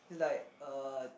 is like uh